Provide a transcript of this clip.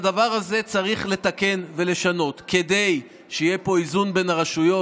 את הדבר הזה צריך לתקן ולשנות כדי שיהיה פה איזון בין הרשויות,